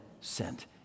sent